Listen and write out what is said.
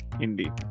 Indeed